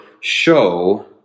show